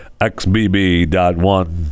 XBB.1